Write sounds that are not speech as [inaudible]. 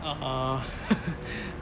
uh [laughs]